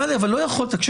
טלי, אבל לא יכול להיות.